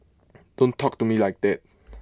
don't talk to me like that